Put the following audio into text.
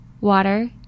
water